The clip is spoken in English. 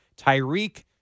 Tyreek